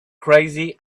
crazy